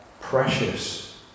precious